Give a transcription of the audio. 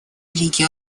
лиги